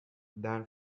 than